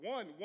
One